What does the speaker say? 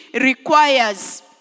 requires